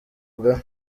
bwa